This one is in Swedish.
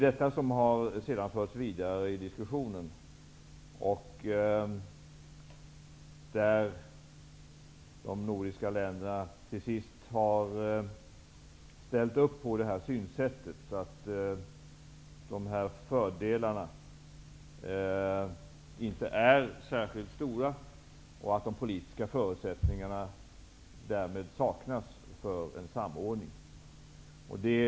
Detta faktum har förts vidare i diskussionen, och de nordiska länderna har till slut ställt upp på detta synsätt. Fördelarna är inte särskilt stora, och de politiska förutsättningarna för en samordning saknas därmed.